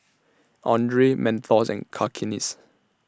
Andre Mentos and Cakenis